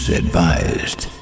advised